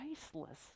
priceless